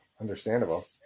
understandable